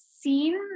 seen